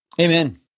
Amen